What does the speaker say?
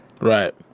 Right